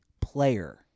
player